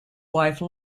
wife